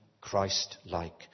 Christ-like